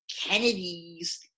Kennedy's